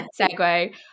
Segue